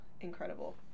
incredible